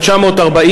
1940,